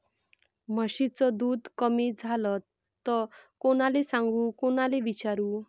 म्हशीचं दूध कमी झालं त कोनाले सांगू कोनाले विचारू?